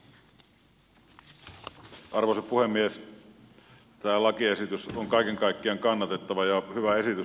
tämä lakiesitys on kaiken kaikkiaan kannatettava ja hyvä esitys